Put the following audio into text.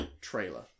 trailer